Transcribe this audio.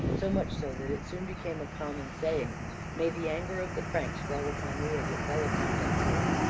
so much so that it soon became a common saying may the anger of the franks fall upon thee as it fell upon daboul.